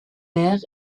mères